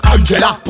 Angela